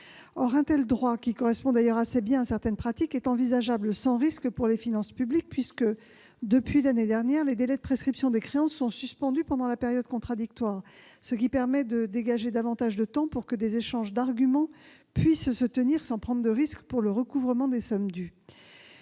Or un tel droit, qui correspond d'ailleurs assez bien à certaines pratiques, est envisageable sans risque pour les finances publiques. En effet, depuis l'année dernière, les délais de prescription des créances sont suspendus pendant la période contradictoire, ce qui permet de dégager davantage de temps pour que des échanges d'arguments puissent se tenir sans prendre de risques pour le recouvrement des sommes dues.